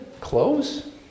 Clothes